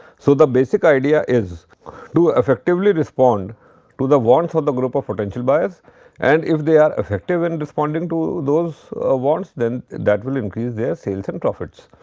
so, the basic idea is to ah effectively respond to the wants of the group of potential buyers and if they are effective in responding to those ah wants, then that will increase their sales and profits.